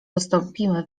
dostąpimy